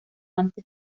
antes